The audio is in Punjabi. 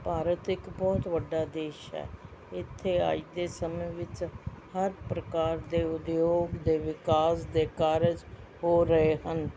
ਭਾਰਤ ਇਕ ਬਹੁਤ ਵੱਡਾ ਦੇਸ਼ ਹੈ ਇੱਥੇ ਅੱਜ ਦੇ ਸਮੇਂ ਵਿੱਚ ਹਰ ਪ੍ਰਕਾਰ ਦੇ ਉਦਯੋਗ ਦੇ ਵਿਕਾਸ ਦੇ ਕਾਰਜ ਹੋ ਰਹੇ ਹਨ